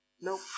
Nope